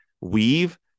weave